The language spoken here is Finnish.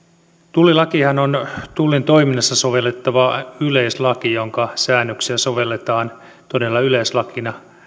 tullilakihan on tullin toiminnassa sovellettava yleislaki jonka säännöksiä sovelletaan todella yleislakina